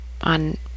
on